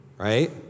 Right